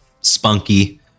spunky